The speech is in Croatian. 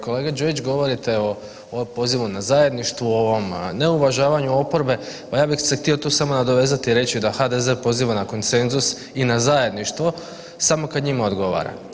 Kolega Đujić, govorite o pozivu na zajedništvu, ovom neuvažavanju oporbe, pa ja bih se htio tu samo nadovezati i reći da HDZ poziva na konsenzus i na zajedništvo samo kad njima odgovara.